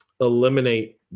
eliminate